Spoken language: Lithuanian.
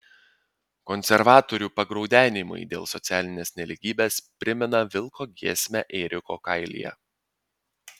konservatorių pagraudenimai dėl socialinės nelygybės primena vilko giesmę ėriuko kailyje